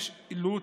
עילוט,